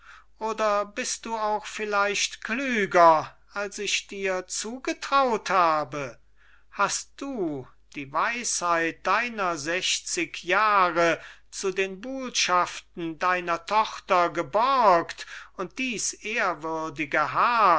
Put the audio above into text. ist oder bist du auch vielleicht klüger als ich dir zugetraut habe hast du die weisheit deiner sechzig jahre zu den buhlschaften deiner tochter geborgt und dies ehrwürdige haar